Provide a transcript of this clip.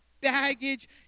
baggage